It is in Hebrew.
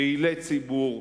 פעילי ציבור.